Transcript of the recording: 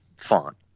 font